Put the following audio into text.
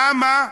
למה?